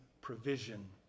provision